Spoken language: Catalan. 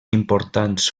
importants